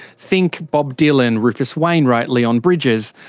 think bob dylan, rufus wainwright, leon bridges.